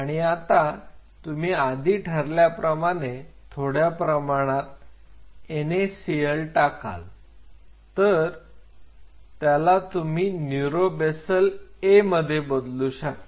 आणि आता तुम्ही आधी ठरल्याप्रमाणे थोड्या प्रमाणात Na Cl टाकाल तर त्याला तुम्ही न्यूरो बेसल A मध्ये बदलू शकता